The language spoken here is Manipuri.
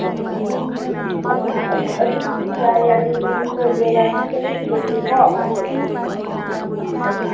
ꯑꯗꯨꯝ ꯑꯗꯨꯕꯨꯗꯤ ꯌꯥꯏꯌꯦ ꯑꯗꯨ ꯌꯨꯝꯁꯦ ꯕꯦꯔꯥꯗꯤ ꯀꯔꯤꯁꯨ ꯂꯩꯇꯦꯀꯣ